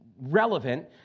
relevant